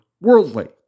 worldly